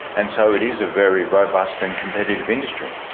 and so it is a very robust and competitive industry.